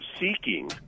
seeking